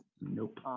Nope